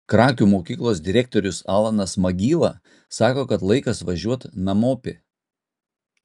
krakių mokyklos direktorius alanas magyla sako kad laikas važiuot namopi